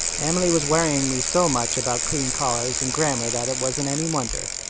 emily was worrying me so much about clean collars and grammar that it wasn't any wonder.